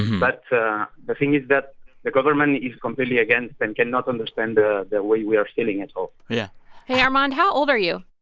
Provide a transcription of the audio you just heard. but the thing is that the government is completely against and cannot understand the way we are feeling at all yeah hey, armand, how old are you?